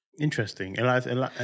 Interesting